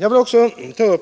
Jag har vidare